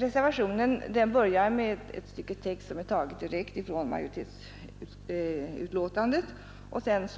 Reservationen börjar med ett stycke text som är taget direkt från majoritetens betänkande, och sedan